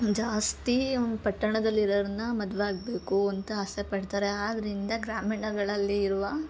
ಜಾಸ್ತಿ ಪಟ್ಟಣದಲ್ಲಿರೋರನ್ನ ಮದುವೆ ಆಗ್ಬೇಕು ಅಂತ ಆಸೆಪಡ್ತಾರೆ ಆದ್ದರಿಂದ ಗ್ರಾಮೀಣಗಳಲ್ಲಿ ಇರುವ